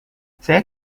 saya